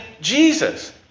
Jesus